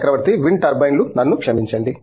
చక్రవర్తి wind టర్బైన్లు నన్ను క్షమించండి